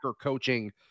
coaching